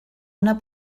una